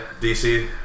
DC